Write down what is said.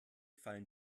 fallen